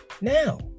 Now